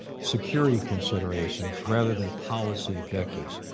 security considerations, rather than policy objectives,